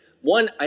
One